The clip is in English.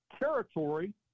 territory